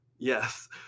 yes